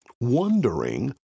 wondering